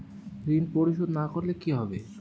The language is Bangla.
ঋণ পরিশোধ না করলে কি হবে?